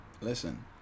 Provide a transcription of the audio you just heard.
listen